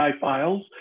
files